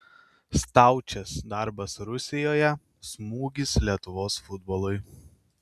staučės darbas rusijoje smūgis lietuvos futbolui